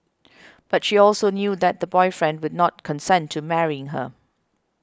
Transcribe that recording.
but she also knew that the boyfriend would not consent to marrying her